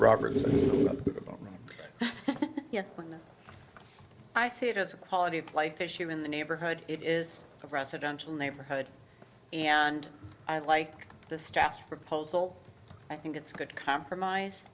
about yes when i see it as a quality of life issue in the neighborhood it is a residential neighborhood and i like the staff proposal i think it's a good compromise